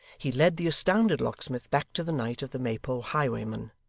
he led the astounded locksmith back to the night of the maypole highwayman,